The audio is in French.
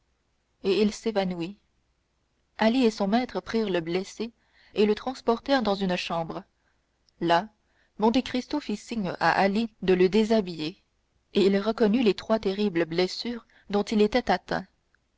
et il s'évanouit ali et son maître prirent le blessé et le transportèrent dans une chambre là monte cristo fit signe à ali de le déshabiller et il reconnut les trois terribles blessures dont il était atteint